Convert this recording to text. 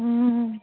ꯎꯝ